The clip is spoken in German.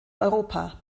europa